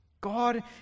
God